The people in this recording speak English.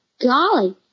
Golly